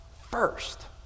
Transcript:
first